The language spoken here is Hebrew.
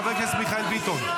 חבר הכנסת מיכאל ביטון.